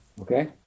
Okay